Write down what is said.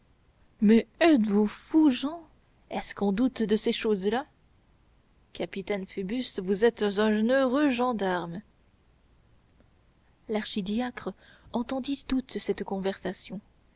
mais êtes-vous fou jehan est-ce qu'on doute de ces choses-là capitaine phoebus vous êtes un heureux gendarme l'archidiacre entendit toute cette conversation